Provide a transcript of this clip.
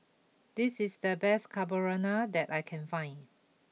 this is the best Carbonara that I can find